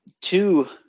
two